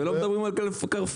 ולא מדברים על קרפור.